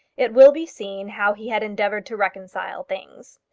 it will be seen how he had endeavoured to reconcile things.